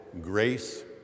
grace